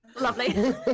Lovely